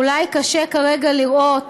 אולי קשה כרגע לראות,